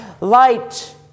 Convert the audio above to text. light